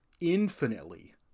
infinitely